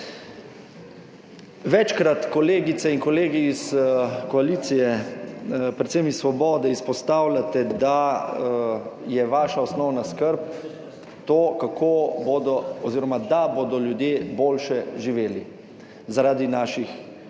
Večkrat kolegice in kolegi iz koalicije, predvsem iz Svobode, izpostavljate, da je vaša osnovna skrb to, da bodo ljudje boljše živeli zaradi naših ukrepov,